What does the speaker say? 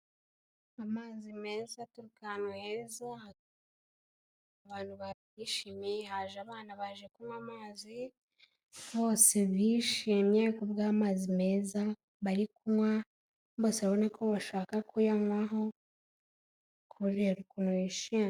Amazi meza, aturuka ahantu heza. Abantu bahishimiye haje abana baje kunywa amazi, bose bishimye ku bw'amazi meza bari kunywa. Bose urabona ko bashaka kuyanywaho kubera ukuntu yishimye.